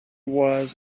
was